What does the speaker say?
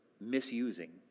misusing